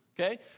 Okay